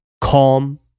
calm